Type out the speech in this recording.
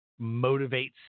motivates